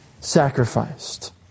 sacrificed